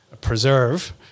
preserve